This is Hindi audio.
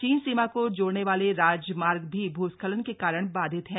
चीन सीमा को जोड़ने वाले राजमार्ग भी भूस्खलन के कारण बाधित हैं